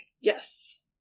Yes